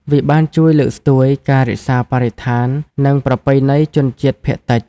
វាបានជួយលើកស្ទួយការរក្សាបរិស្ថាន និងប្រពៃណីជនជាតិភាគតិច។